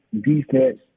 defense